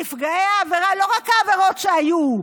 נפגעי העבירה, לא רק העבירות שהיו,